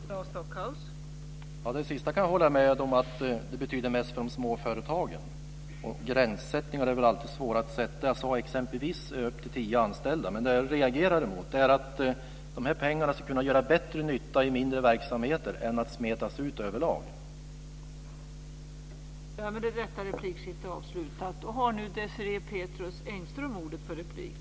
Fru talman! Det sista kan jag hålla med om, nämligen att det betyder mest för de små företagen. Och gränsdragningar är alltid svåra att göra. Jag sade att detta kunde gälla för företag med exempelvis upp till tio anställda. Men det som jag reagerar mot är att dessa pengar skulle kunna göra bättre nytta i mindre verksamheter än om de smetas ut över alla företag.